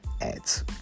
ads